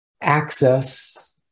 access